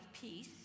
peace